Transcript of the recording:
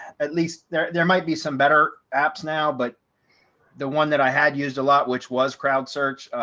at least there there might be some better apps now. but the one that i had used a lot, which was crowd search,